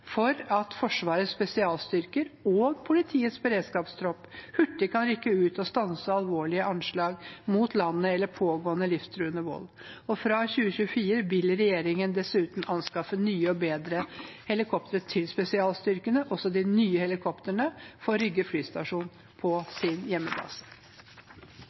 for at Forsvarets spesialstyrker og politiets beredskapstropp hurtig kan rykke ut og stanse alvorlige anslag mot landet eller pågående livstruende vold. Fra 2024 vil regjeringen dessuten anskaffe nye og bedre helikoptre til spesialstyrkene, også de nye helikoptrene, for Rygge flystasjon på sin hjemmebase.